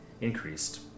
increased